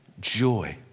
joy